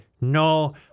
no